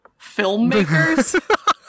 filmmakers